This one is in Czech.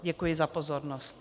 Děkuji za pozornost.